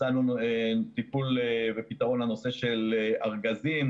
הצענו טיפול ופתרון לנושא של ארגזים,